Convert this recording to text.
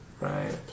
right